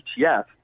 ETF